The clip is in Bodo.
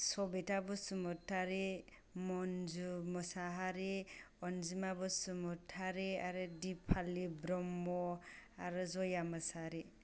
सबिता बसुमतारि मन्जु मुसाहारि अन्जिमा बसुमतारि आरो दिपालि ब्रम्ह आरो जया मुसाहारि